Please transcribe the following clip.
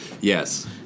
Yes